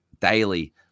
daily